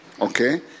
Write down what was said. okay